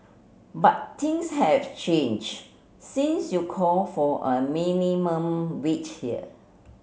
but things have change since you call for a minimum wage here